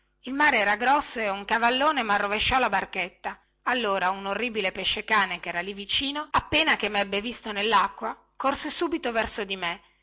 il mare era grosso e un cavallone marrovesciò la barchetta allora un orribile pesce-cane che era lì vicino appena mebbe visto nellacqua corse subito verso di me